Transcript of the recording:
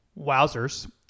Wowzers